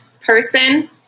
person